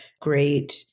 great